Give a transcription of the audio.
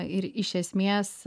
ir iš esmės